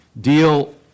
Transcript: deal